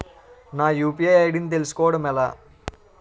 నా UPI ID ని తెలుసుకోవడం ఎలా?